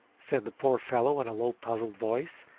said the poor fellow in a low puzzled voice,